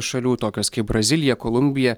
šalių tokios kaip brazilija kolumbija